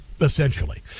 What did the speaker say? essentially